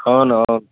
అవునవును